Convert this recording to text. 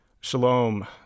Shalom